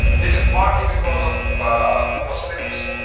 this is partly because of the muslims.